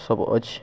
सब अछि